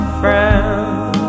friend